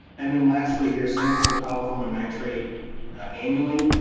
and then lastly here. sample for coliform and nitrate annually.